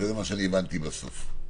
וזה מה שהבנתי בסוף,